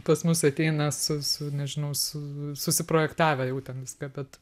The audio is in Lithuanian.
pas mus ateina su su nežinau su susiprojektavę jau ten viską bet